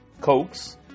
Cokes